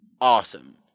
awesome